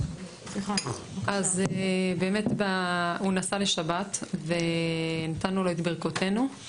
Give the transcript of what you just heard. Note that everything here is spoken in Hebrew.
אז באמת הוא נסע לשבת ונתנו לו את ברכתנו.